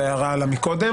זה הערה על קודם